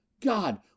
God